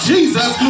Jesus